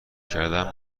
کردن